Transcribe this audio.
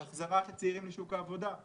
על החזרת הצעירים לשוק העבודה,